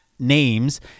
names